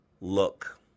look